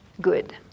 good